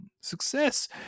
Success